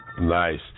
Nice